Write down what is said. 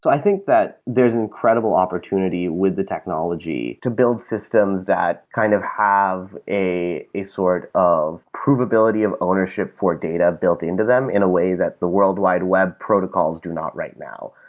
i think that there is an incredible opportunity with the technology to build systems that kind of have a a sort of provability of ownership for data built into them in a way that the world wide web protocols do not right now.